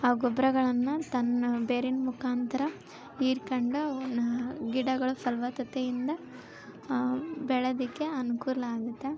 ಆ ಗೊಬ್ಬರಗಳನ್ವು ತನ್ನ ಬೇರಿನ ಮುಖಾಂತರ ಹೀರ್ಕೊಂಡು ಅವನ್ನ ಗಿಡಗಳು ಫಲವತ್ತತೆಯಿಂದ ಬೆಳೆಯೋದಕ್ಕೆ ಅನುಕೂಲ ಆಗುತ್ತೆ